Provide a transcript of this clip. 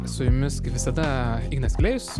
su jumis kaip visada ignas klėjus